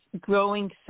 growing